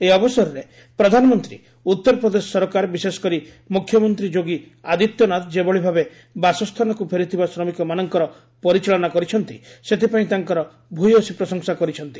ଏହି ଅବସରରେ ପ୍ରଧାନମନ୍ତ୍ରୀ ଉତ୍ତରପ୍ରଦେଶ ସରକାର ବିଶେଷ କରି ମୁଖ୍ୟମନ୍ତ୍ରୀ ଯୋଗୀ ଆଦିତ୍ୟନାଥ ଯେଭଳି ଭାବେ ବାସସ୍ଥାନକୁ ଫେରିଥିବା ଶ୍ରମିକମାନଙ୍କର ପରିଚାଳନା କରିଛନ୍ତି ସେଥିପାଇଁ ତାଙ୍କର ଭ୍ୟସୀ ପ୍ରଶଂସା କରିଛନ୍ତି